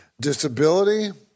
Disability